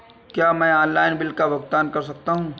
क्या मैं online bill का भुगतान कर सकता हूँ?